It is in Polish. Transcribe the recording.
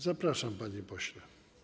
Zapraszam, panie pośle.